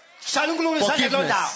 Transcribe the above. Forgiveness